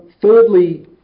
Thirdly